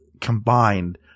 combined